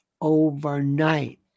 overnight